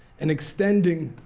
and extending